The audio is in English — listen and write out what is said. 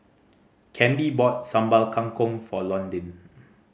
Candy bought Sambal Kangkong for Londyn